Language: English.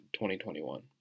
2021